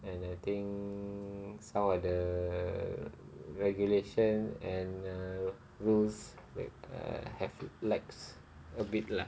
and I think some of the regulation and uh rules like uh have lax a bit lah